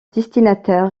destinataire